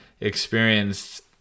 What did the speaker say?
experienced